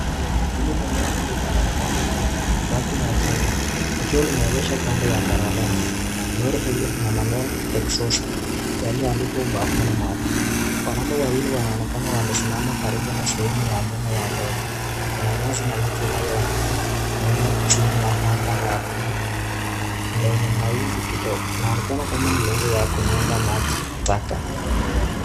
Hili ni lori kubwa la tanki kubwa, rangi ya chungwa likiwa limeegeshwa kando ya barabara. Lori hili lina maneno exhauster yaliyoandikwa ubavuni mwake, wanaume wawili wanaonekana wamesimama karibu na sehemu ya nyuma ya lori. Kuna nyasi na miti inayoonekana nyuma chini ya anga la blue ndiyo yenye mawingu kidogo inaonekana kama ni lori ya kunyonga maji taka.